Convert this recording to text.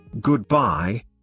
goodbye